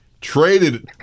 traded